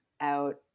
out